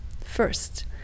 first